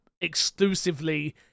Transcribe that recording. exclusively